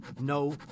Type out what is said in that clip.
No